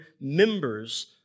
members